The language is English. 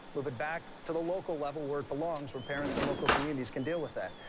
move it back to the local level where it belongs where parents and local communities can deal with that.